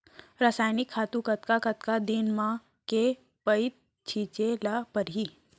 रसायनिक खातू कतका कतका दिन म, के पइत छिंचे ल परहि?